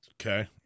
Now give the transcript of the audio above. Okay